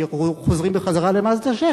שחוזרים ל"מאזדה 6",